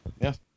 Yes